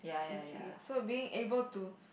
is it so being able to